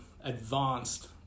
advanced